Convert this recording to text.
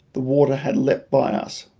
the water had leaped by us,